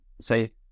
Say